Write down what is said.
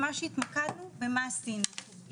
ממש התקדמנו במה עשינו,